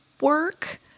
work